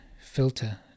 filter